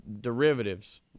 derivatives